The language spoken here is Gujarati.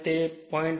તેનો અર્થ 0